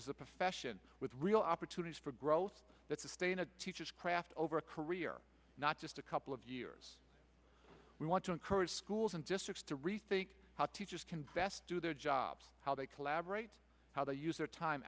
as a profession with real opportunities for growth that sustain a teacher's craft over a career not just a couple of years we want to encourage schools and districts to rethink how teachers can best do their job how they collaborate how they use their time